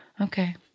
Okay